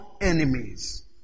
enemies